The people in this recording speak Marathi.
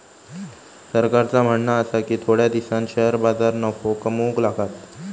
सरकारचा म्हणणा आसा की थोड्या दिसांत शेअर बाजार नफो कमवूक लागात